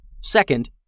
Second